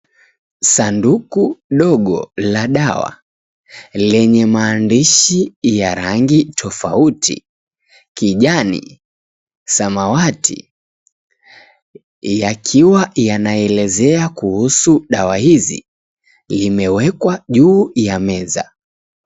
Sanduku dogo la dawa lenye maandishi ya rangi tofauti kijani, samawati yakiwa yanaelezea kuhusu dawa hizi imewekwa juu ya meza.